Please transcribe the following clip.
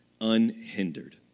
unhindered